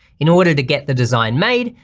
in order to get the design made,